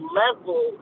level